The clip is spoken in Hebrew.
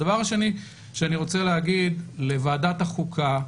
הדבר השני שאני רוצה להגיד לוועדת החוקה,